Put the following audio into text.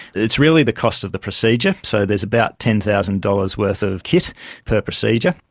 it's really the cost of the procedure. so there's about ten thousand dollars worth of kit per procedure,